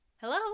Hello